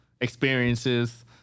experiences